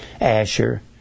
Asher